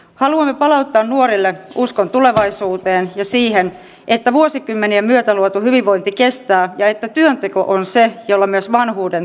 haluamme palauttaa nuorille uskon tulevaisuuteen ja siihen että vuosikymmenien myötä luotu hyvinvointi kestää ja että työnteko on se jolla myös vanhuuden turva saavutetaan